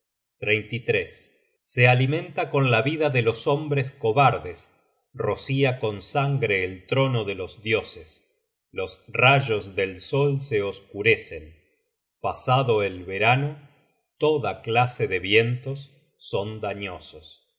de un demonio se alimenta con la vida de los hombres cobardes rocia con sangre el trono de los dioses los rayos del sol se oscurecen pasado el verano toda clase de vientos son dañosos